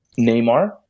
Neymar